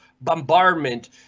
bombardment